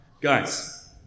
guys